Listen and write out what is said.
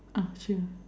uh sure